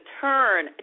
turn